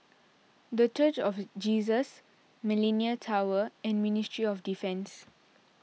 the Church of Jesus Millenia Tower and Ministry of Defence